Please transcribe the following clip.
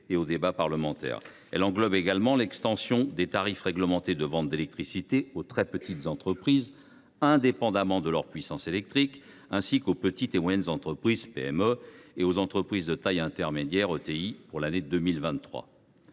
loi prévoit également l’extension des tarifs réglementés de vente de l’électricité aux très petites entreprises, indépendamment de leur puissance électrique, ainsi qu’aux petites et moyennes entreprises et aux entreprises de taille intermédiaire (ETI) pour l’année 2023.